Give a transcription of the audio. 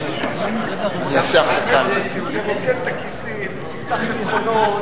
23 24, כהצעת הוועדה, נתקבלו.